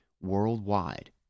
worldwide